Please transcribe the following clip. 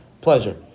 pleasure